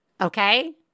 Okay